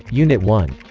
unit one